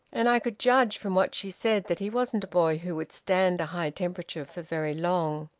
and i could judge from what she said that he wasn't a boy who would stand a high temperature for very long.